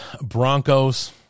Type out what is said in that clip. Broncos